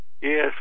Yes